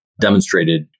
demonstrated